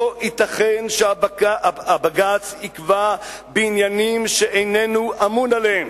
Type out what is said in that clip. לא ייתכן שבג"ץ יקבע בעניינים שהוא איננו אמון עליהם,